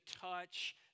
touch